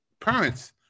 parents